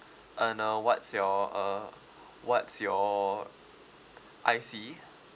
uh now what's your uh what's your I_C